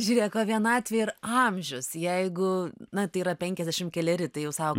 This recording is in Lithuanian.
žiūrėko vienatvė ir amžius jeigu na tai yra penkiasdešimt keleri tai jau sau